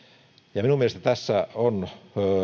minun mielestäni tässä on